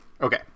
Okay